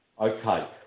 Okay